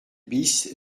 bis